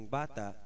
bata